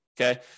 Okay